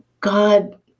God